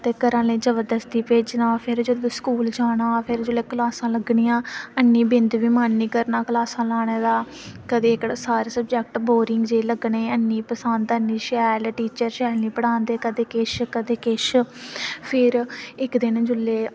ते घरा आह्लें जबरदस्ती भेजना फिर जेल्लै स्कूल जाना क्लासां लग्गनियां ऐनी बिंद निं मन करना क्लासां लानै दा ते कदें सारे सब्जेक्ट बोरिंग जेह् लग्गने ऐ नी पसंद ऐ नी शैल टीचर पढ़ांदे कदें किश कदें किश फिर इक्क दिन जेल्लै